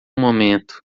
momento